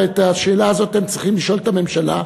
ואת השאלה הזאת אתם צריכים לשאול את הממשלה,